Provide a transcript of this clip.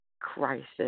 crisis